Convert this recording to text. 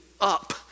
up